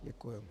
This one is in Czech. Děkuji.